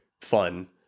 fun